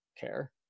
care